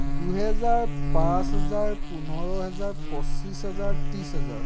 দুহেজাৰ পাঁচ হেজাৰ পোন্ধৰ হেজাৰ পঁচিছ হেজাৰ ত্ৰিছ হেজাৰ